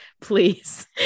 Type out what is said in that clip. please